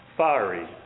fiery